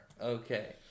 Okay